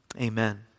amen